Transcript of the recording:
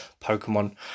Pokemon